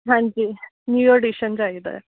ਹਾਂਜੀ new addition ਚਾਹੀਦਾ ਆ